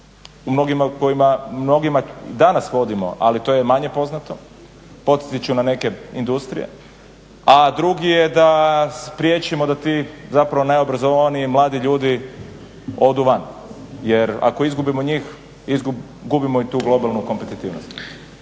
mnogima danas vodimo, ali to je manje poznato, podsjetiti ću na neke industrije. A drugi je da spriječimo da ti zapravo najobrazovaniji mladi ljudi odu van. Jer ako izgubimo njih, gubimo i tu globalnu kompetitivnost.